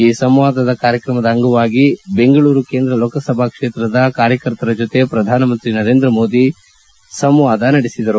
ಈ ಸಂವಾದ ಕಾರ್ಯಕ್ರಮದ ಭಾಗವಾಗಿ ಬೆಂಗಳೂರು ಕೇಂದ್ರ ಲೋಕಸಭಾ ಕ್ಷೇತ್ರದ ಕಾರ್ಯಕರ್ತರ ಜೊತೆ ಪ್ರಧಾನಮಂತ್ರಿ ನರೇಂದ್ರ ಮೋದಿ ನಡೆಸಿದರು